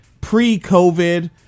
pre-COVID